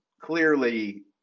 clearly